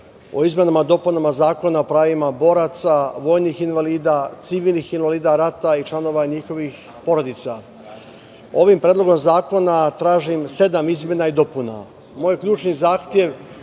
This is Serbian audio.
o izmenama i dopunama Zakona o pravima boraca, vojnih invalida, civilnih invalida rata i članova njihovih porodica. Ovim predlogom zakona tražim sedam izmena i dopuna. Moj ključni zahtev